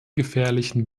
gefährlichen